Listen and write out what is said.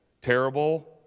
terrible